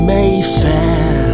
Mayfair